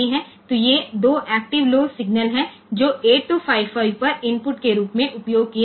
तो ये 2 active low signal हैं जो 8255 पर इनपुट के रूप में उपयोग किए जाते हैं